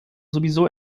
sowieso